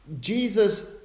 Jesus